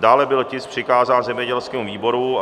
Dále byl tisk přikázán zemědělskému výboru.